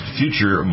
future